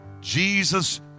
Jesus